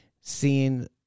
seeing